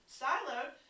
siloed